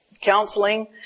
counseling